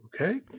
Okay